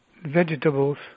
Vegetables